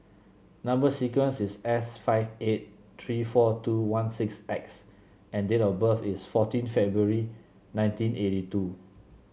number sequence is S five eight three four two one six X and date of birth is fourteen February nineteen eighty two